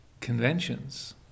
conventions